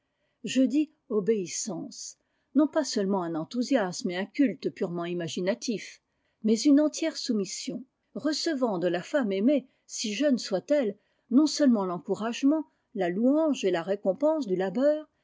dis obéissance non pas seulement un enthousiasme et un culte purement imaginatifs mais une entière soumission recevant de la femme aimée si jeune soit elle non seulement l'encouragement la louange et la récompense du labeur